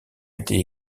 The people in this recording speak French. été